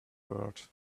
world